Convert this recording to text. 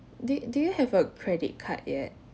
do do you have a credit card yet